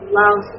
love